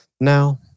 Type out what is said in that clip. Now